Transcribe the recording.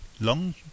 Long